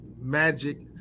magic